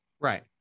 Right